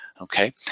okay